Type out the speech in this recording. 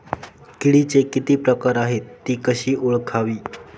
किडीचे किती प्रकार आहेत? ति कशी ओळखावी?